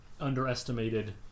underestimated